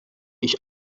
ich